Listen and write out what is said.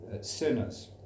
sinners